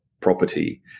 property